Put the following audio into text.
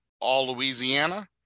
All-Louisiana